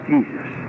Jesus